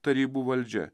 tarybų valdžia